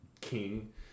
king